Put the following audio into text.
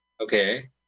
Okay